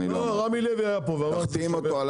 רמי לוי היה פה ואמר --- תחתים אותו על